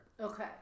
Okay